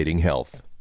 health